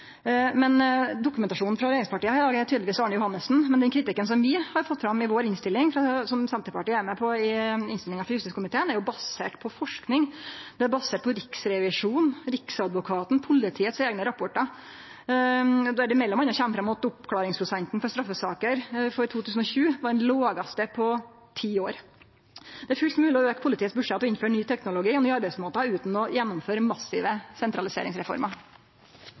har sett fram i vår innstilling – det som Senterpartiet er med på i innstillinga frå justiskomiteen – er basert på forsking. Han er basert på Riksrevisjonen, Riksadvokaten og politiet sine eigne rapportar, der det m.a. kjem fram at oppklaringsprosenten for straffesaker for 2020 var den lågaste på ti år. Det er fullt mogleg å auke budsjettet til politiet og innføre ny teknologi og nye arbeidsmåtar utan å gjennomføre massive